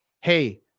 hey